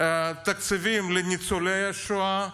תקציבים לניצולי השואה,